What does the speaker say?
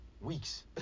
weeks